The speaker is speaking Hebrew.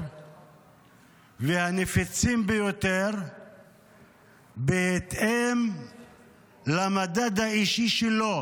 והנפיצים ביותר בהתאם למדד האישי שלו